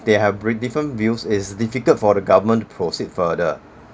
they have very different views is difficult for the government to proceed further